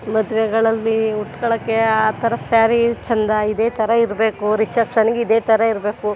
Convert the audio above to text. ಮದುವೆಗಳಲ್ಲಿ ಉಟ್ಕೊಳ್ಳೋಕ್ಕೆ ಆ ಥರ ಸ್ಯಾರಿ ಚೆಂದ ಇದೇ ಥರ ಇರಬೇಕು ರಿಸೆಪ್ಷನ್ಗೆ ಇದೆ ಥರ ಇರಬೇಕು